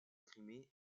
crimée